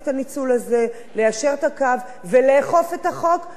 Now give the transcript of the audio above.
ליישר את הקו ולאכוף את החוק גם רטרואקטיבית.